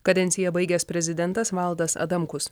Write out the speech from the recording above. kadenciją baigęs prezidentas valdas adamkus